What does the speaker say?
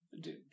Dude